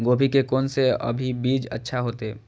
गोभी के कोन से अभी बीज अच्छा होते?